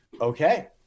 okay